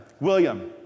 William